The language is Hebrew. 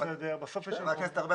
חבר הכנסת ארבל,